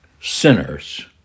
sinners